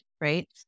right